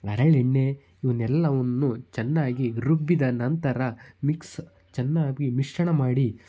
ಹರಳೆಣ್ಣೆ ಇವನ್ನೆಲ್ಲವನ್ನು ಚೆನ್ನಾಗಿ ರುಬ್ಬಿದ ನಂತರ ಮಿಕ್ಸ್ ಚೆನ್ನಾಗಿ ಮಿಶ್ರಣ ಮಾಡಿ